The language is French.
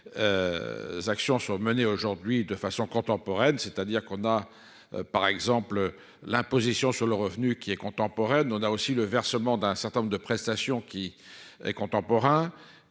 des actions sont menées aujourd'hui de façon contemporaine, c'est-à-dire qu'on a par exemple l'imposition sur le revenu qui est contemporaine, on a aussi le versement d'un certain nombre de prestations qui est contemporain